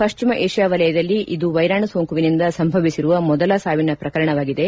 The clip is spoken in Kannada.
ಪಶ್ಚಿಮ ಏಷ್ಯಾ ವಲಯದಲ್ಲಿ ಇದು ವೈರಾಣು ಸೋಂಕುನಿಂದ ಸಂಭವಿಸಿರುವ ಮೊದಲ ಸಾವಿನ ಪ್ರಕರಣವಾಗಿದೆ